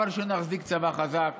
אבל שנחזיק צבא חזק,